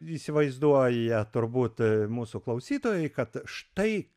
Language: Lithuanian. įsivaizduoja turbūt mūsų klausytojai kad štai